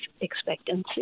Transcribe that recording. expectancy